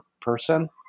person